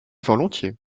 volontiers